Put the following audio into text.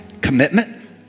commitment